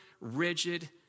rigid